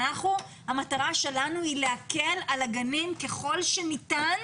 המטרה שלנו היא להקל על הגנים ככל שניתן